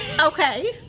Okay